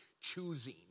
choosing